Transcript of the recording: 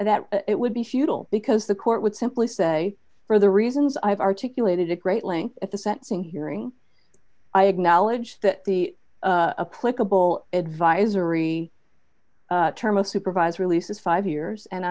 that it would be futile because the court would simply say for the reasons i've articulated a great length at the sentencing hearing i acknowledge that the a quibble advisory term of supervised release is five years and